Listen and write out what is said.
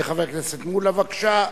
חבר הכנסת מולה, בבקשה,